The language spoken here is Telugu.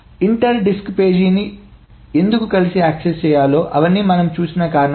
ఇంటర్ డిస్క్ పేజీని ఎందుకు కలిసి యాక్సెస్ చేయాలో అవన్నీ మనం చూసిన కారణం అదే